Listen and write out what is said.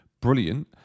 Brilliant